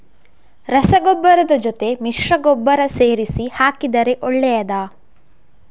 ರಸಗೊಬ್ಬರದ ಜೊತೆ ಮಿಶ್ರ ಗೊಬ್ಬರ ಸೇರಿಸಿ ಹಾಕಿದರೆ ಒಳ್ಳೆಯದಾ?